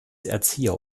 erzieher